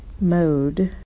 mode